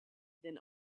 than